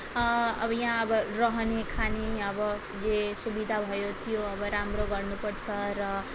अब यहाँ अब रहने खाने अब जे सुविधा भयो त्यो अब राम्रो गर्नु पर्छ र